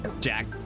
Jack